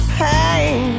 pain